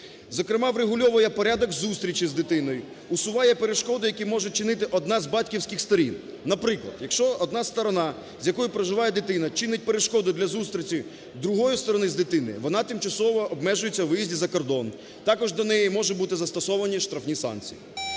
Зокрема, врегульовує порядок зустрічей з дитиною, усуває перешкоди, які можуть чинити одна з батьківських сторін. Наприклад, якщо одна сторона, з якою проживає дитина, чинить перешкоду для зустрічі другої сторони з дитиною, вона тимчасово обмежується у виїзді за кордон, також до неї може бути застосовані штрафні санкції.